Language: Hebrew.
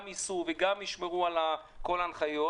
גם ייסעו וגם ישמרו על כל ההנחיות,